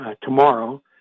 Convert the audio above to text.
tomorrow